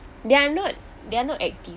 they are not they are not active